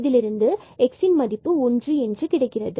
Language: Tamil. இதிலிருந்து x1 என்பது கிடைக்கிறது